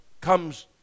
comes